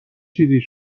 چیز